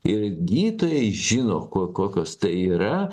ir gydytojai žino ko kokios tai yra